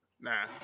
Nah